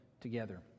together